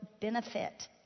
benefit